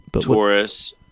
Taurus